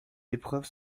épreuves